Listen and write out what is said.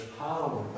power